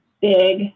big